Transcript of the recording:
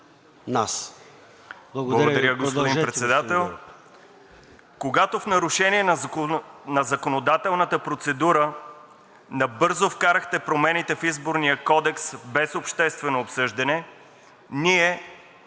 Благодаря, господин Председател.